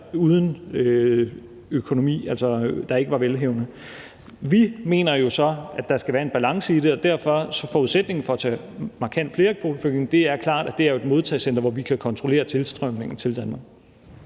nogle, der ikke er velhavende. Vi mener jo så, at der skal være en balance i det, og derfor er forudsætningen for at tage markant flere kvoteflygtninge klart et modtagecenter, hvor vi kan kontrollere tilstrømningen til Danmark.